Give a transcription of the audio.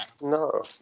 no